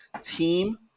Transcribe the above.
team